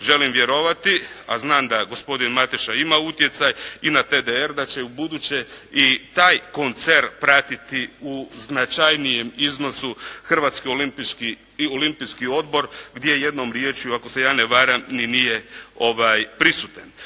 Želim vjerovati, a znam da gospodin Mateša ima utjecaj i na DDR da će ubuduće i taj koncern pratiti u značajnijem iznosu Hrvatski olimpijski odbor gdje jednom riječju ako se ja ne varam ni nije prisutan.